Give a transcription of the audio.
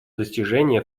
достижение